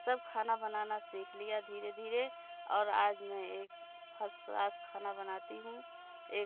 सब खाना बनाना सीख लिया धीरे धीरे और आज मैं एक फस क्लास खाना बनाती हूँ एक